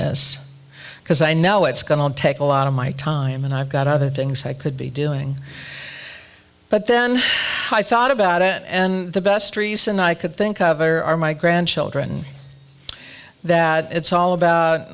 this because i know it's going to take a lot of my time and i've got other things i could be doing but then i thought about it and the best reason i could think of are my grandchildren that it's all about